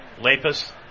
Lapis